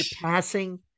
passing